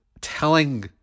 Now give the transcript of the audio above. telling